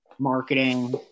marketing